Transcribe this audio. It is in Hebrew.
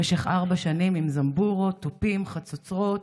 במשך ארבע שנים, עם זמבורות, תופים, חצוצרות,